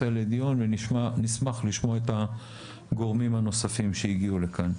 לדיון ונשמח לשמוע את הגורמים הנוספים שהגיעו לכאן.